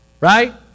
Right